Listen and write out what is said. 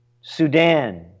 Sudan